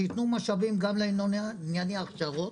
שיתנו משאבים גם לענייני הכשרות.